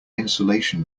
insulation